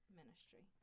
ministry